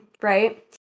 right